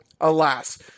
alas